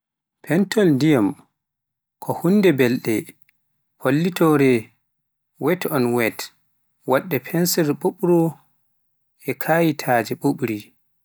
Pentol ndiyam ko huunde belnde, hollitoore. Wet-on-wet: Waɗde pentiir ɓuuɓɗo e kaayitaaji ɓuuɓɗi.